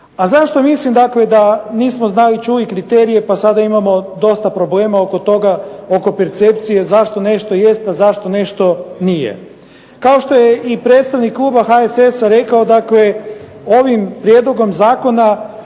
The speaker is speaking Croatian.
A zašto mislim, dakle da nismo znali i čuli kriterije pa sada imamo dosta problema oko toga, oko percepcije zašto nešto jest, a zašto nešto nije? Kao što je i predstavnik kluba HSS-a rekao ovim prijedlogom zakona